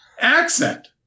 accent